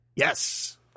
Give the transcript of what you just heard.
yes